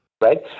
Right